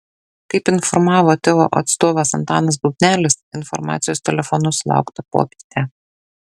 kaip informavo teo atstovas antanas bubnelis informacijos telefonu sulaukta popietę